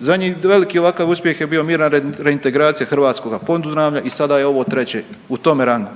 zadnji veliki ovakav uspjeh je bio mirna reintegracija hrvatskoga Podunavlja i sada je ovo treće u tome rangu.